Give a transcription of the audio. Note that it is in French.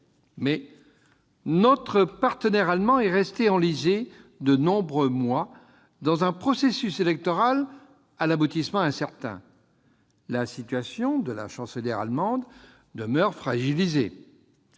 Mais notre partenaire allemand est resté enlisé de nombreux mois dans un processus électoral à l'aboutissement incertain. La situation de la Chancelière allemande demeure fragilisée.